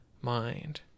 mind